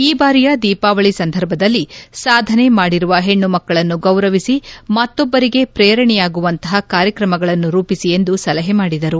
ಈ ಬಾರಿಯ ದೀಪಾವಳಿ ಸಂದರ್ಭದಲ್ಲಿ ಸಾಧನೆ ಮಾಡಿರುವ ಹೆಣ್ಣು ಮಕ್ಕಳನ್ನು ಗೌರವಿಸಿ ಮತ್ತೊಬ್ಲರಿಗೆ ಪ್ರೇರಣೆಯಾಗುವಂತಹ ಕಾರ್ಯಕ್ರಮಗಳನ್ನು ರೂಪಿಸಿ ಎಂದು ಸಲಹೆ ಮಾಡಿದರು